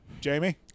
Jamie